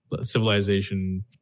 civilization